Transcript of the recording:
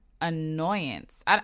annoyance